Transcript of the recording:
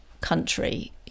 country